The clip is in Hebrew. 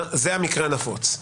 זה המקרה הנפוץ.